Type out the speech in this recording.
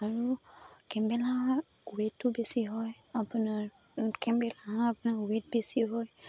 আৰু কেম্বেল হাঁহৰ ৱেইটো বেছি হয় আপোনাৰ কেম্বেল হাঁহ আপোনাৰ ৱেইট বেছি হয়